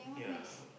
ya